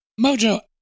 Mojo